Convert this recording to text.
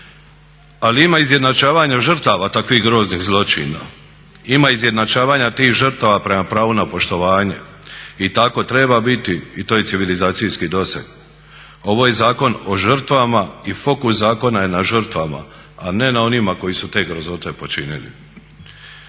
Ali ima izjednačavanja žrtava takvih groznih zločina, ima izjednačavanja tih žrtava prema pravu na poštovanje i tako treba biti i to je civilizacijski doseg. Ovo je zakon o žrtvama i fokus zakona je na žrtvama a ne na onima koji su te grozote počinili.